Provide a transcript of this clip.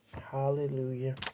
Hallelujah